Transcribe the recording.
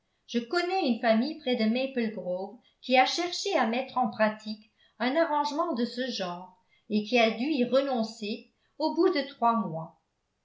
je connais une famille près de maple grove qui a cherché à mettre en pratique un arrangement de ce genre et qui a dû y renoncer au bout de trois mois